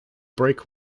break